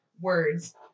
words